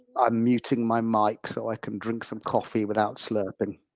i'm muting my mike, so i can drink some coffee without slurping.